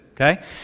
okay